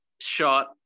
shot